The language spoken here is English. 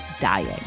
dying